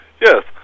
Yes